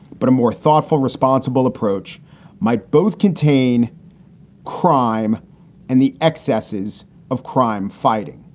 but a more thoughtful, responsible approach might both contain crime and the excesses of crime fighting.